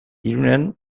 irunen